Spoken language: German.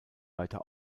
weiter